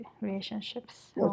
relationships